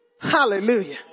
Hallelujah